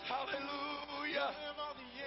Hallelujah